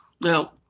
now